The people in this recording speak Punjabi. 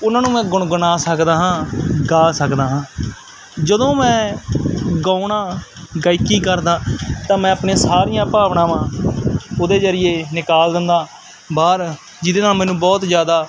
ਉਹਨਾਂ ਨੂੰ ਮੈਂ ਗੁਣ ਗੁਣਾ ਸਕਦਾ ਹਾਂ ਗਾ ਸਕਦਾ ਹਾਂ ਜਦੋਂ ਮੈਂ ਗਾਉਂਦਾ ਗਾਇਕੀ ਕਰਦਾ ਤਾਂ ਮੈਂ ਆਪਣੇ ਸਾਰੀਆਂ ਭਾਵਨਾਵਾਂ ਉਹਦੇ ਜ਼ਰੀਏ ਨਿਕਾਲ ਦਿੰਦਾ ਬਾਹਰ ਜਿਹਦੇ ਨਾਲ ਮੈਨੂੰ ਬਹੁਤ ਜ਼ਿਆਦਾ